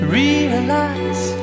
realize